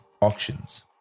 auctions